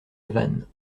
havane